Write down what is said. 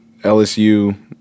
LSU